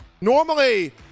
Normally